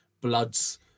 bloods